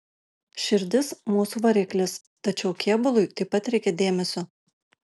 širdis mūsų variklis tačiau kėbului taip pat reikia dėmesio